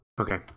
Okay